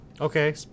Okay